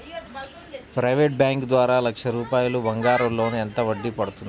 Private bank ద్వారా లక్ష రూపాయలు బంగారం లోన్ ఎంత వడ్డీ పడుతుంది?